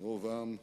ברוב עם,